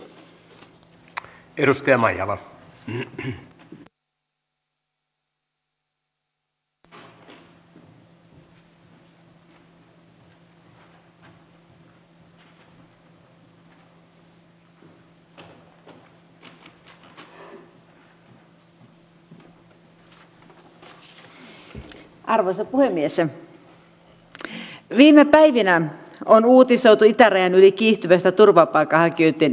pakkolakien valmistelusta vastaava työ ja elinkeinoministeriön hallintoneuvos muistuttaa että lakien valmisteluaika on ollut poikkeuksellisen lyhyt